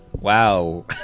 Wow